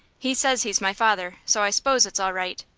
he says he's my father, so i s'pose it's all right.